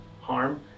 harm